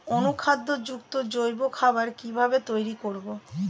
অনুখাদ্য যুক্ত জৈব খাবার কিভাবে তৈরি করব?